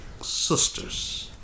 sisters